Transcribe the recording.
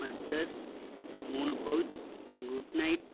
mustard மூணு pouch good night